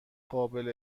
قابل